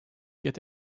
get